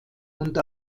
und